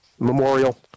Memorial